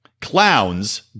clowns